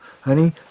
Honey